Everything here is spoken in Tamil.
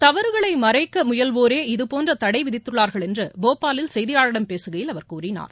தவறுகளை மறைக்க முயல்வோரே இதுபோன்று தடை விதித்துள்ளார்கள் என்று போபாலில் செய்தியாளர்களிடம் பேசுகையில் அவர் கூறினார்